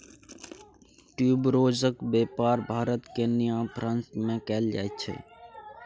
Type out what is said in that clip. ट्यूबरोजक बेपार भारत केन्या आ फ्रांस मे कएल जाइत छै